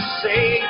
say